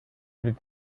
with